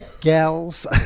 gals